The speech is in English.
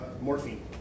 morphine